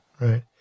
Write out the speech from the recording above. right